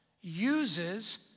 uses